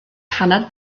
paned